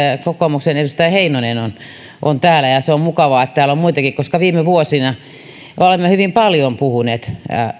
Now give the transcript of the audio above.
kokoomuksen edustaja heinonen on on täällä ja se on mukavaa että täällä on muitakin viime vuosina me olemme hyvin paljon puhuneet